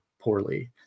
poorly